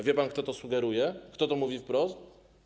Wie pan, kto to sugeruje, kto to mówi wprost?